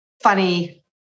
funny